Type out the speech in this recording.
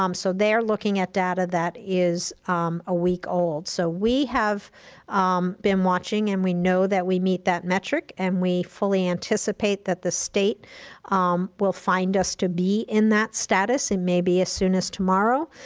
um so they're looking at data that is a week old. so we have been watching and we know that we meet that metric and we fully anticipate that the state will find us to be in that status. it may be as soon as tomorrow